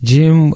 Jim